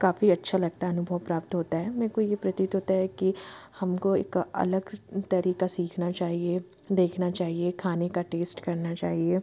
काफ़ी आच्छा लगता है अनुभव प्राप्त होता है मेरे को ये प्रतीत होता है कि हमको एक अलग तरीका सीखना चाहिए देखना चाहिए खाने का टेस्ट करना चाहिए